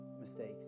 mistakes